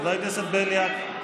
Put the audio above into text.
חבר הכנסת בליאק.